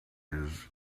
his